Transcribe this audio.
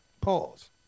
Pause